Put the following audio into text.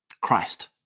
Christ